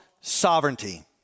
sovereignty